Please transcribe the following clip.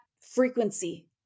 Frequency